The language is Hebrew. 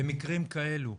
במקרים כאלה,